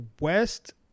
West